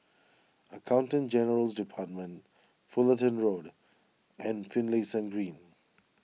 Accountant General's Department Fullerton Road and Finlayson Green